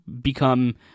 become